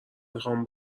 میخام